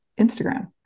Instagram